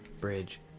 bridge